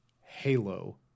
Halo